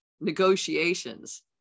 negotiations